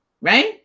right